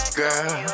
girl